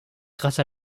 grâce